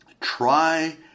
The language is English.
try